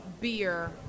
beer